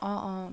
অঁ অঁ